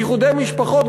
איחודי משפחות,